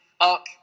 up